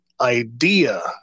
idea